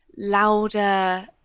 louder